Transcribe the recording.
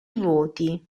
voti